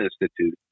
Institute